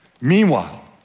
Meanwhile